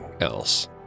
else